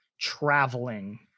traveling